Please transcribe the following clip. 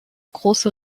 große